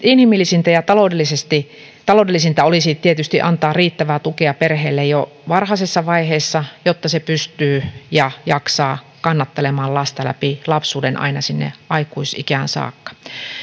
inhimillisintä ja taloudellisinta olisi tietysti antaa riittävää tukea perheelle jo varhaisessa vaiheessa jotta se pystyy kannattelemaan ja jaksaa kannatella lasta läpi lapsuuden aina sinne aikuisikään saakka